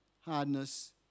hardness